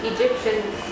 Egyptians